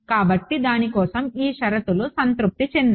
కాబట్టి దాని కోసం ఈ షరతులు సంతృప్తి చెందాయి